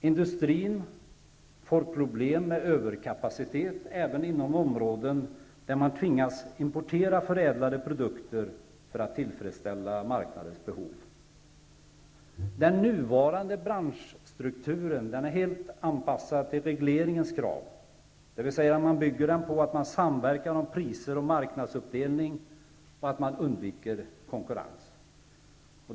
Industrin fick problem med överkapacitet, även inom områden där man tvingats importera förädlade produkter för att tillfredsställa marknadens behov. Den nuvarande branschstrukturen är helt anpassad till regleringens krav, dvs. den bygger på samverkan om priser och marknadsuppdelning och därigenom undviks konkurrens.